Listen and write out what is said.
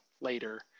later